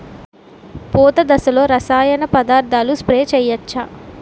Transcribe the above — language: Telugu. పూత దశలో రసాయన పదార్థాలు స్ప్రే చేయచ్చ?